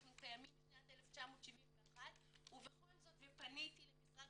אנחנו קיימים משנת 1971. פניתי למשרד